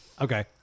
Okay